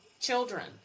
children